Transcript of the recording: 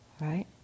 right